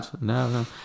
no